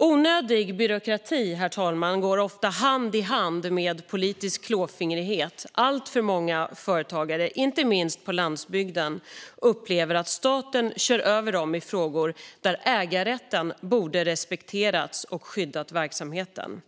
Onödig byråkrati, herr talman, går ofta hand i hand med politisk klåfingrighet. Alltför många företagare, inte minst på landsbygden, upplever att staten kör över dem i frågor där ägarrätten borde ha respekterats och skyddat verksamheten.